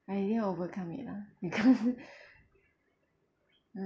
I didn't overcome it lah because ha